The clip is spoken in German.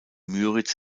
müritz